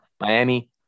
Miami